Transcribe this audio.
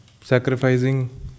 sacrificing